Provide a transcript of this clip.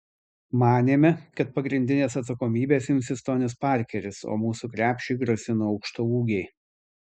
manėme kad pagrindinės atsakomybės imsis tonis parkeris o mūsų krepšiui grasino aukštaūgiai